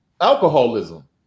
Alcoholism